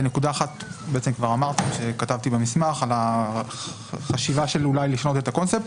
נקודה אחת שכתבתי במסמך על חשיבה של אולי לשנות את הקונספט.